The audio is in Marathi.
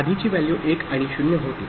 आधीची व्हॅल्यू 1 आणि 0 होती